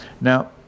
now